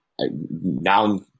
now